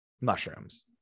mushrooms